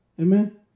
Amen